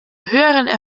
höherer